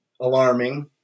Alarming